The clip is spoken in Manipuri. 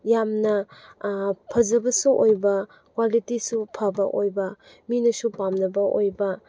ꯌꯥꯝꯅ ꯐꯖꯕꯁꯨ ꯑꯣꯏꯕ ꯀ꯭ꯋꯥꯂꯤꯇꯤꯁꯨ ꯐꯕ ꯑꯣꯏꯕ ꯃꯤꯅꯁꯨ ꯄꯥꯝꯅꯕ ꯑꯣꯏꯕ